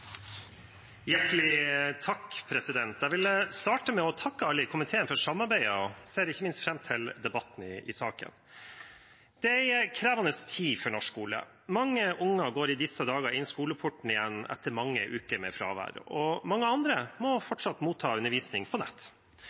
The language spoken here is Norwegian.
jeg ser ikke minst fram til debatten i saken. Det er en krevende tid for norsk skole. Mange unger går i disse dager inn skoleporten igjen etter mange uker med fravær. Mange andre må fortsatt motta undervisning på nett.